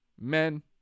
Men